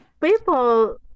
people